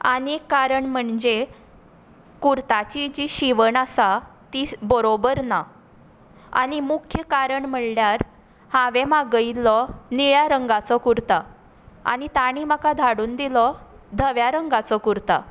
आनी एक कारण म्हणजे कुर्ताची जी शिवण आसा ती स बरोबर ना आनी मुख्य कारण म्हणल्यार हांवेन मागयल्लो निळ्या रंगाचो कुर्ता आनी तांणी म्हाका धाडून दिलो धव्या रंगाचो कुर्ता